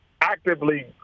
actively